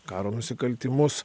karo nusikaltimus